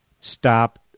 stop